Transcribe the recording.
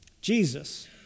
Jesus